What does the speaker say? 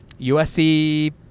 USC